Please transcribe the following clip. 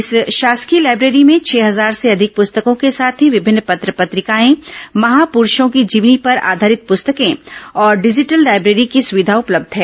इस शांसकीय लाइब्रेरी में छह हजार से अधिक पुस्तकों के साथ ही विभिन्न पत्र पत्रिकाएं महापुरूषों की जीवनी पर आधारित पुस्तकें और डिजिटल लाइब्रेरी की सुविधा उपलब्ध है